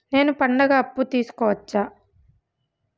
నేను పండుగ అప్పు తీసుకోవచ్చా?